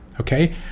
Okay